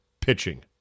pitching